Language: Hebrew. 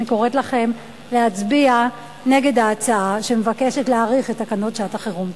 אני קוראת לכם להצביע נגד ההצעה שמבקשת להאריך את תקנות שעת-החירום.